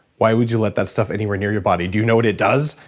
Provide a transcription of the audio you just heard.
why would you let that stuff anywhere near your body? do you know what it does?